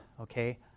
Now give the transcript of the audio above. Okay